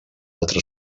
altra